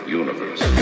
universe